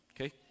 Okay